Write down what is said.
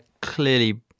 clearly